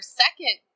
second